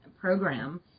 program